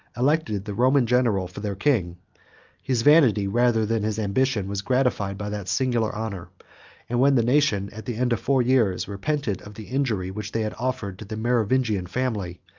elected the roman general for their king his vanity, rather than his ambition, was gratified by that singular honor and when the nation, at the end of four years, repented of the injury which they had offered to the merovingian family,